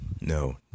No